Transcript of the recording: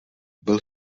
byl